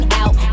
out